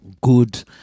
good